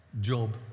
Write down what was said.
job